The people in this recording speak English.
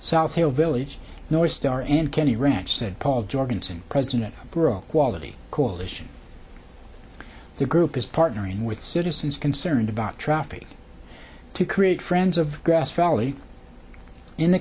south tail village noise star and kenney ranch said paul jorgensen president of growth quality coalition the group is partnering with citizens concerned about traffic to create friends of grass valley in the